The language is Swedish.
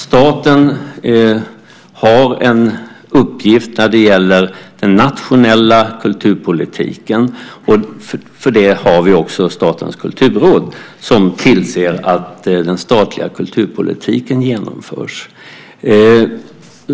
Staten har en uppgift när det gäller den nationella kulturpolitiken. För det har vi också Statens kulturråd som ser till att den statliga kulturpolitiken genomförs.